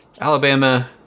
Alabama